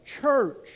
church